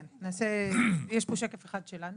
כן, יש פה שקף אחד שלנו